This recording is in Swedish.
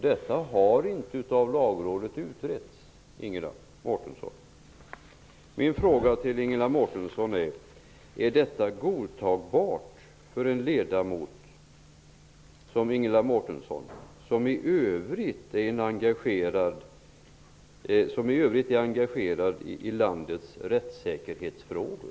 Detta har inte utretts av Min fråga till Ingela Mårtensson är: Är detta godtagbart för en ledamot som Ingela Mårtensson, som i övrigt är engagerad i landets rättssäkerhetsfrågor?